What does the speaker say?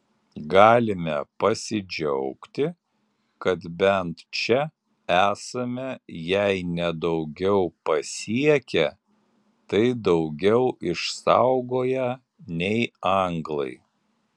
galime pasidžiaugti kad bent čia esame jei ne daugiau pasiekę tai daugiau išsaugoję nei anglai